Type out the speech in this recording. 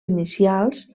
inicials